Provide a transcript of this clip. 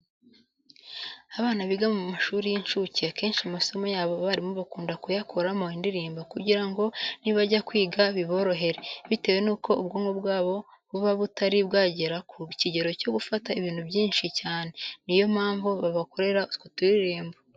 Abana biga mu mashuri y'incuke akenshi amasomo yabo abarimu bakunda kuyakoramo indirimbo kugira ngo nibajya kwiga biborohere. Bitewe nuko ubwonko bwabo buba butari bwagera ku kigero cyo gufata ibintu byinshi cyane, ni yo mpamvu babakorera utwo turirimbo.